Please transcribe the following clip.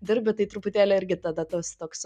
dirbi tai truputėlį irgi tada tas toks